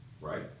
right